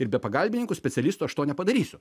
ir be pagalbininkų specialistų aš to nepadarysiu